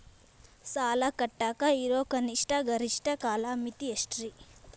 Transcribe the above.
ಸಾಲ ಕಟ್ಟಾಕ ಇರೋ ಕನಿಷ್ಟ, ಗರಿಷ್ಠ ಕಾಲಮಿತಿ ಎಷ್ಟ್ರಿ?